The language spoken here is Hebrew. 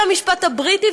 והמשפט הבריטי,